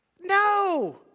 No